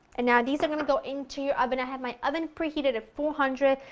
and now these are going to go into your oven, i have my oven preheated at four hundred